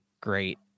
great